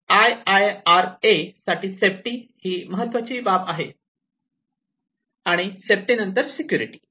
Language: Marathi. आय आय आर ए साठी सेफ्टी ही महत्त्वाची बाब आहे आणि सेफ्टी नंतर सेक्युरिटी